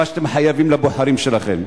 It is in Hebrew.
מה שאתם חייבים לבוחרים שלכם.